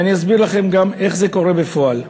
ואני אסביר לכם גם איך זה קורה בפועל.